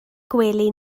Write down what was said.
gwely